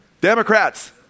Democrats